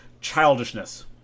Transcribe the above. childishness